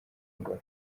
angola